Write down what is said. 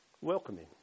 Welcoming